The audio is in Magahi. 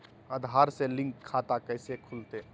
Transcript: आधार से लिंक खाता कैसे खुलते?